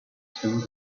him